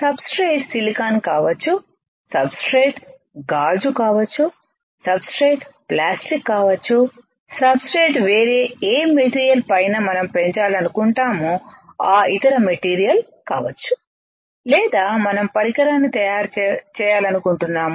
sub straight silicon కావచ్చు substrate గాజు కావచ్చు సబ్ స్ట్రేట్ ప్లాస్టిక్ కావచ్చు సబ్ స్ట్రేట్ వేరే ఏ మెటీరియల్ పైన మనం పెంచాలనుకుంటామో ఆ ఇతర మెటీరియల్ కావచ్చు లేదా మనం పరికరాన్ని తయారు చేయాలనుకుంటున్నాము